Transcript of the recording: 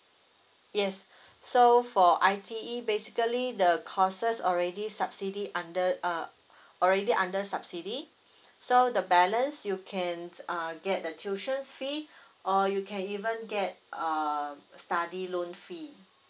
yes so for I_T_E basically the courses already subsidy under uh already under subsidy so the balance you can uh get the tuition fee or you can even get uh study loan fee